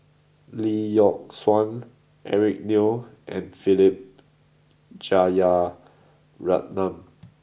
Lee Yock Suan Eric Neo and Philip Jeyaretnam